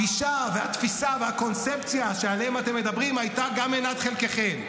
הגישה והתפיסה והקונספציה שעליה אתם מדברים הייתה גם מנת חלקכם.